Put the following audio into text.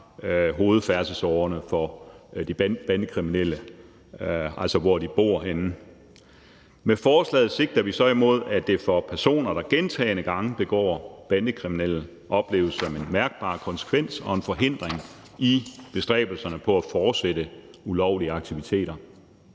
hovedfærdselsårerne for de bandekriminelle, altså hvor de bor henne. Med forslaget sigter vi så imod, at det for personer, der gentagne gange begår bandekriminalitet, opleves som en mærkbar konsekvens og en forhindring i bestræbelserne på at fortsætte ulovlige aktiviteter.